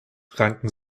ranken